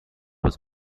was